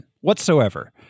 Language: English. whatsoever